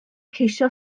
ceisio